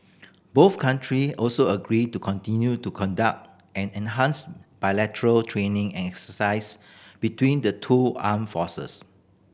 both country also agreed to continue to conduct and enhance bilateral training and exercise between the two armed forces